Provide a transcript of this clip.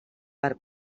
per